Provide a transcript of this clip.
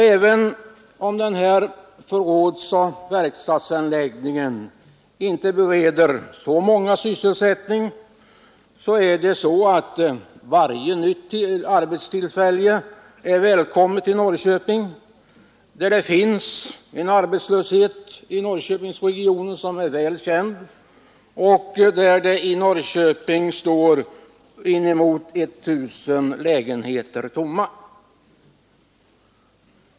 Även om den här förrådsoch verkstadsanläggningen inte bereder så många sysselsättning är varje nytt arbetstillfälle välkommet i Norrköpingsregionen, där det finns en arbetslöshet som är väl känd och där det står inemot 1 000 lägenheter tomma.